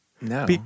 No